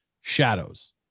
shadows